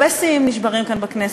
הרבה שיאים נשברים כאן בכנסת,